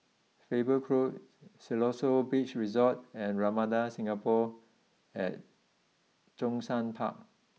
Faber Grove Siloso Beach Resort and Ramada Singapore at Zhongshan Park